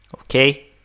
okay